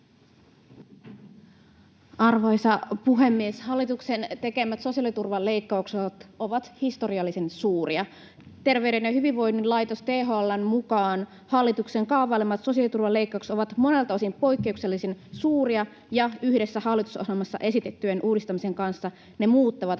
Arvoisa puhemies! Hallituksen tekemät sosiaaliturvan leikkaukset ovat historiallisen suuria. Terveyden ja hyvinvoinnin laitos THL:n mukaan hallituksen kaavailemat sosiaaliturvaleikkaukset ovat monelta osin poikkeuksellisen suuria ja yhdessä hallitusohjelmassa esitettyjen uudistamisten kanssa ne muuttavat